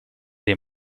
dei